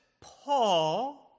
Paul